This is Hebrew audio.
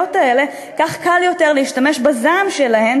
האלה כך קל יותר להשתמש בזעם שלהן,